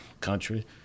country